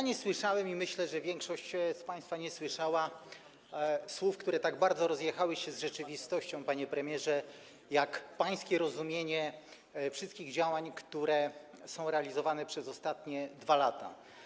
Nie słyszałem - i myślę, że większość z państwa nie słyszała - słów, które tak bardzo rozjechały się z rzeczywistością, panie premierze, jak pańskie rozumienie wszystkich działań, które są realizowane przez ostatnie 2 lata.